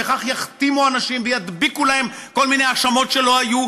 וכך יכתימו אנשים וידביקו להם כל מיני האשמות שלא היו,